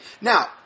Now